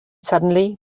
suddenly